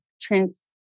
trans